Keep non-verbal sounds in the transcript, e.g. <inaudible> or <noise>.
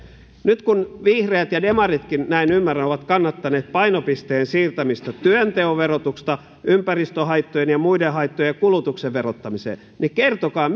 nyt kun vihreät ja demaritkin näin ymmärrän ovat kannattaneet painopisteen siirtämistä työnteon verotuksesta ympäristöhaittojen ja muiden haittojen ja kulutuksen verottamiseen niin kertokaa <unintelligible>